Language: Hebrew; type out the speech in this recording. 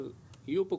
אבל יהיו פה קולחין,